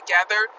together